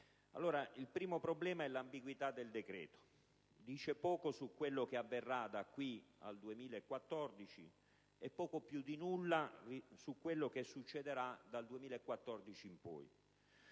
Il primo problema è l'ambiguità del decreto: dice poco su quello che avverrà da qui al 2014, e poco più di nulla su quello che succederà dal 2014 in poi.